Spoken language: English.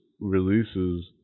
releases